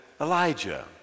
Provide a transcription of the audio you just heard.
Elijah